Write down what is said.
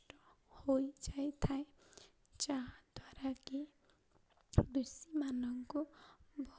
ହୋଇଯାଇଥାଏ ଯାହାଦ୍ୱାରା କି କୃଷିମାନଙ୍କୁ ବହୁତ